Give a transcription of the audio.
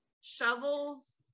shovels